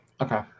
okay